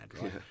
Right